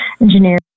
engineering